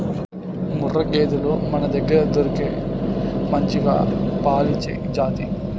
ముర్రా గేదెలు మనదగ్గర దొరికే మంచిగా పాలిచ్చే జాతి